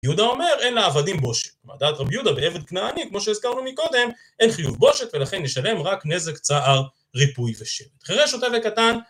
יהודה אומר אין לעבדים בושת. מה דעת רבי יהודה בעבד כנעני? כמו שהזכרנו מקודם: אין חיוב בושת, ולכן נשלם רק נזק צער ריפוי ושבת. חרש שוטה וקטן